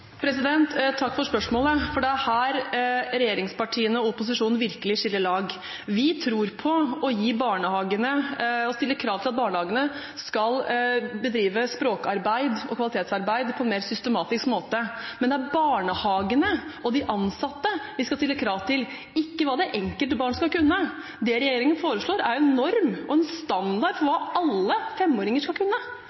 Takk for spørsmålet, for det er her regjeringspartiene og opposisjonen virkelig skiller lag. Vi tror på å stille krav til at barnehagene skal bedrive språkarbeid og kvalitetsarbeid på en mer systematisk måte, men det er barnehagene og de ansatte vi skal stille krav til, ikke til hva det enkelte barn skal kunne. Det regjeringen foreslår, er en norm og en standard for